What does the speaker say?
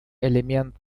элемент